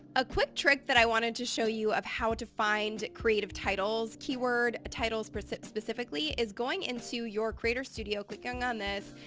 a quick trick that i wanted to show you of how to find creative titles, keyword titles specifically, is going into your creator studio, clicking on this,